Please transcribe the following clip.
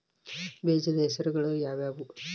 ಬೇಜದ ಹೆಸರುಗಳು ಯಾವ್ಯಾವು?